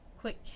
quick